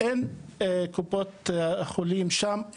אין קופות חולים שם,